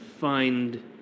find